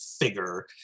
figure